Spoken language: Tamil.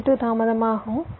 C2 தாமதமாகும்